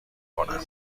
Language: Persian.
کنم